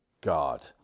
god